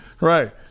Right